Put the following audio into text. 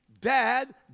Dad